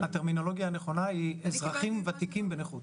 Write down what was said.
הטרמינולוגיה הנכונה היא אזרחים ותיקים בנכות.